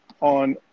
On